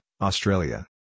Australia